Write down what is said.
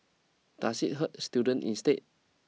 does it hurt student instead